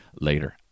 later